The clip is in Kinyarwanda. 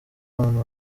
abantu